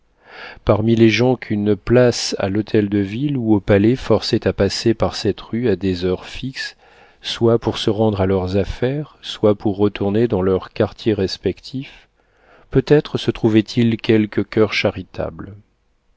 parmi les gens qu'une place à l'hôtel-de-ville ou au palais forçait à passer par cette rue à des heures fixes soit pour se rendre à leurs affaires soit pour retourner dans leurs quartiers respectifs peut-être se trouvait-il quelque coeur charitable